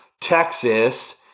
Texas